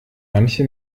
manche